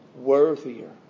worthier